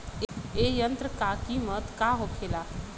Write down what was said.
ए यंत्र का कीमत का होखेला?